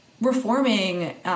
reforming